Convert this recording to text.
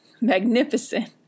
magnificent